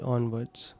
Onwards